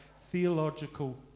theological